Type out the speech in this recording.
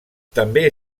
també